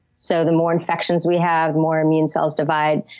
so the more infections we have, more immune cells divide,